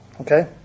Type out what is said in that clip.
Okay